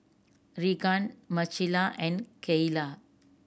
Reagan Marcella and Kaela